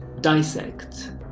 dissect